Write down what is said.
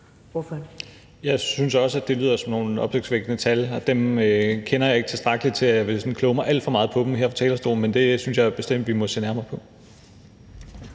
Jeg synes også, det lyder som nogle opsigtsvækkende tal. Jeg kender dem ikke tilstrækkeligt til, at jeg vil sådan kloge mig alt for meget på dem her fra talerstolen, men det synes jeg bestemt vi må se nærmere på.